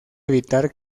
evitar